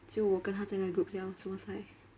只有我跟他在那个 group sia 什么 sai